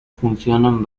funcionan